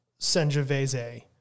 Sangiovese